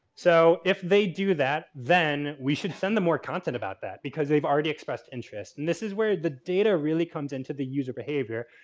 so, if they do that then we should send the more content about that because already expressed interest. and this is where the data really comes into the user behavior.